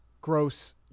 gross